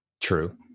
True